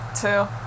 two